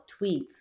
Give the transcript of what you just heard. tweets